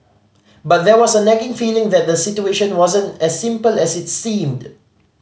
but there was a nagging feeling that the situation wasn't as simple as it seemed